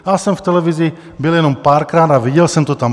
Já jsem v televizi byl jenom párkrát a viděl jsem to tam.